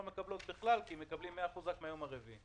מקבלות בכלל כי מקבלים רק מהיום הרביעי.